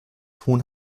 tun